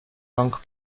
rąk